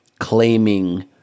claiming